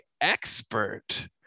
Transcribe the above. expert